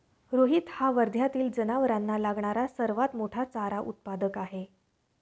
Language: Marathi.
रोहित हा वर्ध्यातील जनावरांना लागणारा सर्वात मोठा चारा उत्पादक आहे